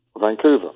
Vancouver